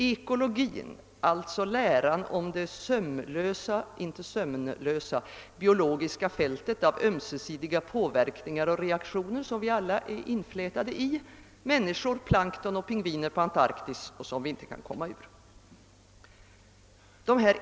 Ekologin är läran om det sömlösa, biologiska fält av ömsesidiga påverkningar och reaktioner, som vi alla är inflätade i och inte kan komma ur, vare sig människor, plankton eller pingviner på Antarktis.